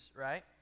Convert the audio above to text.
right